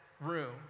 room